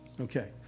Okay